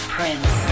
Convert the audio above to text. Prince